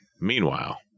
Meanwhile